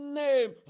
name